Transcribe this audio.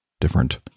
different